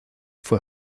fue